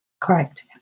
Correct